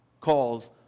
calls